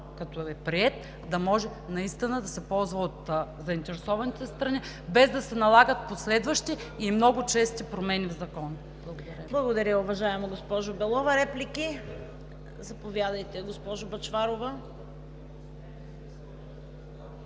като е приет, да може наистина да се ползва от заинтересованите страни, без да се налагат последващи и много чести промени в Закона. ПРЕДСЕДАТЕЛ ЦВЕТА КАРАЯНЧЕВА: Благодаря, уважаема госпожо Белова. Реплики? Заповядайте, госпожо Бъчварова.